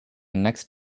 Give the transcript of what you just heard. next